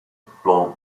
blond